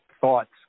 thoughts